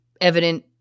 evident